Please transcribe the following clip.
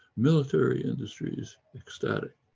military industries, ecstatic.